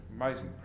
amazing